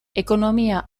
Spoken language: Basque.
ekonomia